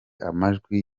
amajwi